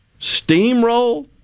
Steamroll